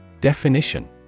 Definition